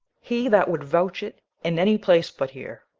he that would vouch it in any place but here.